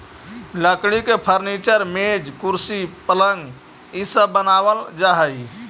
लकड़ी के फर्नीचर, मेज, कुर्सी, पलंग इ सब बनावल जा हई